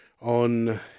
on